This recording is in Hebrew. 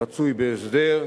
רצוי בהסדר,